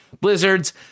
Blizzard's